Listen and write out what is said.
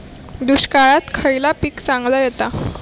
दुष्काळात खयला पीक चांगला येता?